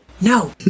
No